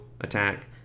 attack